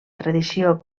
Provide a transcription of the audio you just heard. tradició